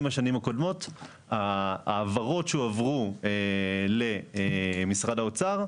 מהשנים הקודמות ההעברות שהועברו למשרד האוצר,